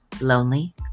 lonely